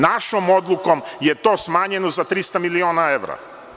Našom odlukom je to smanjeno za 300 miliona evra.